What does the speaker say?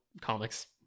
comics